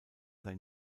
sei